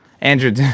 Andrew